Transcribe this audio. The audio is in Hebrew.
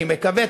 אני מקווה,